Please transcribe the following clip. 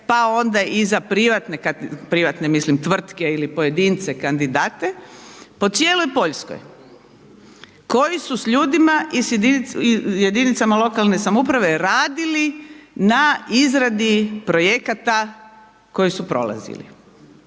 kad, privatne mislim tvrtke ili pojedince kandidate po cijeloj Poljskoj koji su s ljudima i s jedinicama i jedinicama lokalne samouprave radili na izradi projekata koji su prolazili.